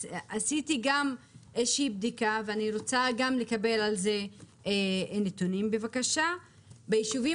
עשיתי גם בדיקה ואני רוצה לקבל גם על זה נתונים בבקשה: בישובים